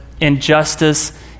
injustice